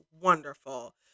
wonderful